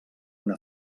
una